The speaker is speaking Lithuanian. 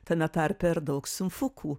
tame tarpe ir daug simfukų